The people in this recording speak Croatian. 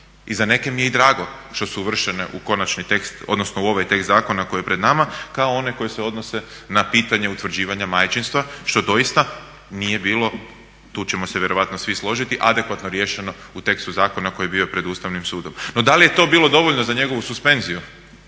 i za neke mi je i drago što su uvrštene u konačni tekst, odnosno u ovaj tekst zakona koji je pred nama kao i one koje se odnose na pitanje utvrđivanja majčinstva što doista nije bilo, tu ćemo se vjerojatno svi složiti, adekvatno riješeno u tekstu zakona koji je bio pred Ustavnim sudom. No da li je to bilo dovoljno za njegovu suspenziju?